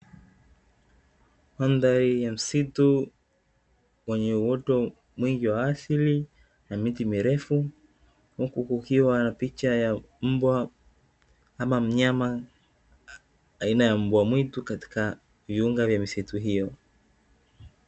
Madhari ya msitu mwenye uoto mwingi wa asili na miti mirefu. Huku kukiwa na picha ya mbwa ama mnyama aina ya mbwa mwitu katika viunga vya misitu hiyo.